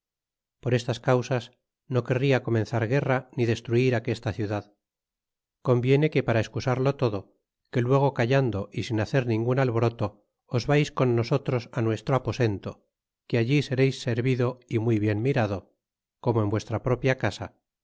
por estas causas no querria comenzar guerra ni destruir aquesta ciudad conviene que para excusarlo todo que luego callando y sin hacer ningun alboroto os vais con nosotros nuestro aposento que allí sereis servido y muy bien mirado como en vuestra propia casa